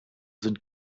sind